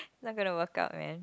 not gonna work out man